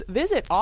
visit